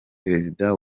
perezida